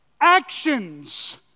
actions